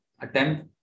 attempt